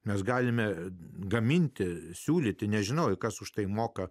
mes galime gaminti siūlyti nežinojau kas už tai moka